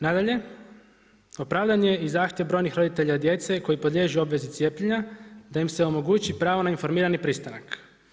Nadalje, upravljanje i zahtjev brojnih roditelja djece koje podliježu obvezi cjepiva, da im se omogući pravo na informirani pristanak.